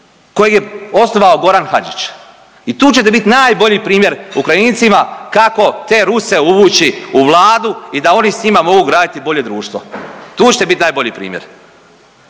koji je osnovao Goran Hadžić i tu ćete bit najbolji primjer Ukrajincima kako te Ruse uvući u Vladu i da oni s njima mogu graditi bolje društvo, tu ćete bit najbolji primjer.